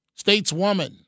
stateswoman